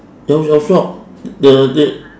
jau jau sock